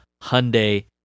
Hyundai